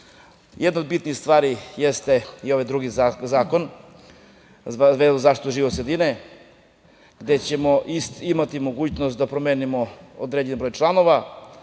nas. Jedna od bitnijih stvari jeste i ovaj drugi zakon vezan za zaštitu životne sredine, gde ćemo imati mogućnost da promenimo određeni broj članova,